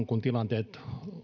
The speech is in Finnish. kun tilanteet